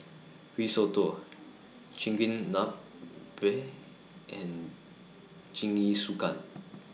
Risotto Chigenabe and Jingisukan